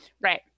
right